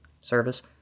service